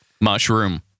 mushroom